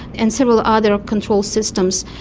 and several other control systems.